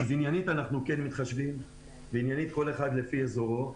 אנחנו כן מתחשבים בכל אחד על פי העניין והאזור.